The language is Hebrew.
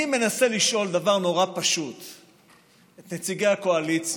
אני מנסה לשאול דבר נורא פשוט את נציגי הקואליציה,